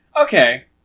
Okay